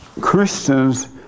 Christians